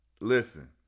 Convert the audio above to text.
listen